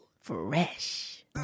fresh